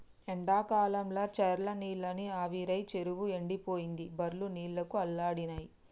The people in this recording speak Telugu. ఎండాకాలంల చెర్ల నీళ్లన్నీ ఆవిరై చెరువు ఎండిపోయింది బర్లు నీళ్లకు అల్లాడినై